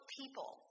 people